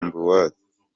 ambroise